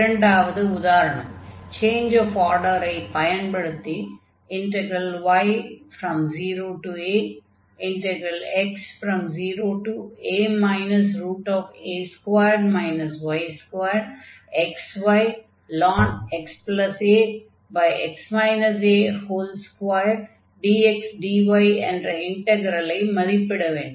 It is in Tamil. இரண்டாவது உதாரணம் சேஞ்ச் ஆஃப் ஆர்டரை பயன்படுத்தி y0ax0a xyln xa x a2dxdy என்ற இன்டக்ரலை மதிப்பிட வேண்டும்